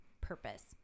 purpose